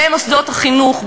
במוסדות החינוך,